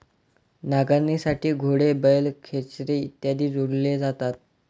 नांगरणीसाठी घोडे, बैल, खेचरे इत्यादी जोडले जातात